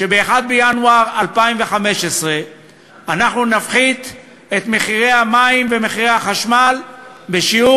שב-1 בינואר 2015 אנחנו נפחית את מחירי המים ומחירי החשמל בשיעור